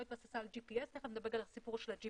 היא לא התבססה על DPS. תכף אני אדבר גם על הסיפור של ה-GPS.